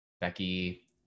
Becky